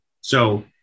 So-